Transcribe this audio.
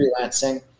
freelancing